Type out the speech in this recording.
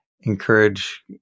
encourage